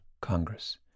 Congress